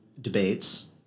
debates